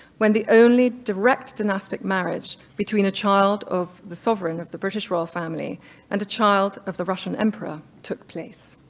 when the only direct dynastic marriage between a child of the sovereign of the british royal family and a child of the russian emperor took place.